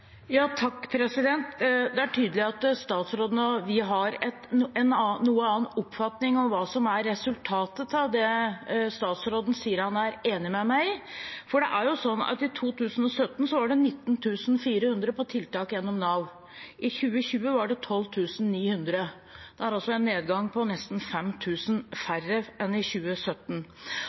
Det er tydelig at statsråden og vi har en litt annen oppfatning av hva som er resultatet av det statsråden sier han er enig med meg i, for i 2017 var 19 400 på tiltak gjennom Nav, og i 2020 var det 12 900. Det er altså en nedgang på nesten 5 000 fra 2017.